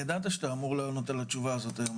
ידעת שאתה אמור לענות על התשובה הזאת היום,